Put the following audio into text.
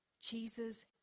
Jesus